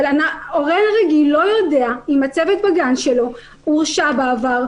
הורה רגיל לא יודע אם הצוות בגן שלו הורשע בעבר,